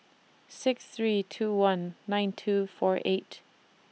six three two one nine two four eight